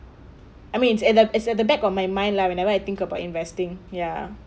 I means it's at the it's at the back of my mind lah whenever I think about investing ya